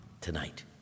tonight